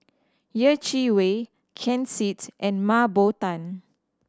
Yeh Chi Wei Ken Seet and Mah Bow Tan